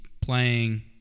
playing